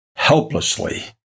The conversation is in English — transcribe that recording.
helplessly